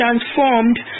transformed